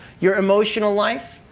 your emotional life,